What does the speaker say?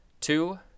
two